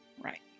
Right